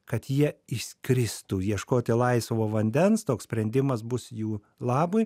kad jie išskristų ieškoti laisvo vandens toks sprendimas bus jų labui